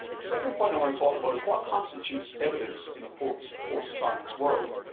second point i want to talk about is what constitutes evidence in a post-science post-science world?